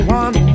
one